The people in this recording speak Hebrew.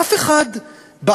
אף אחד בארץ,